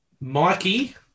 Mikey